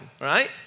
right